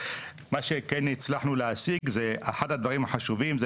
מה שכן הצלחנו להשיג זה אחד הדברים החשובים זה